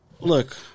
Look